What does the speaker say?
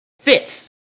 fits